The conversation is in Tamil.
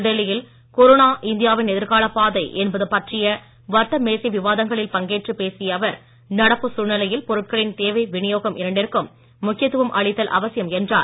புதுடெல்லியில் கொரோனா இந்தியாவின் எதிர்காலப் பாதை என்பது பற்றிய வட்டமேசை விவாதங்களில் பங்கேற்று பேசிய அவர் நடப்புச் சூழ்நிலையில் பொருட்களின் தேவை விநியோகம் இரண்டிற்கும் முக்கியத்துவம் அளித்தல் அவசியம் என்றார்